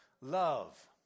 Love